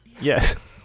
yes